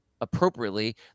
Appropriately